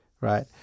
right